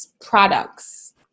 products